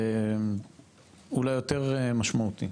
אולי יותר משמעותי,